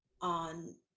on